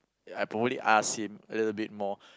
ya I'd probably ask him a little bit more